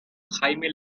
jaime